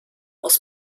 aus